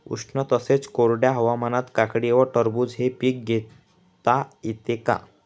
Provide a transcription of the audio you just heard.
उष्ण तसेच कोरड्या हवामानात काकडी व टरबूज हे पीक घेता येते का?